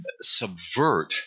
subvert